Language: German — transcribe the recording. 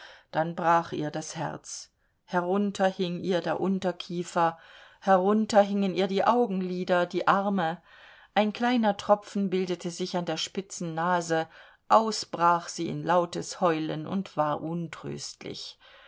dann brach ihr das herz herunter hing ihr der unterkiefer herunter hingen ihr die augenlider die arme ein kleiner tropfen bildete sich an der spitzen nase ausbrach sie in lautes heulen und war untröstlich